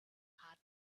heart